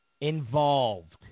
involved